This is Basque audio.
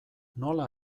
nola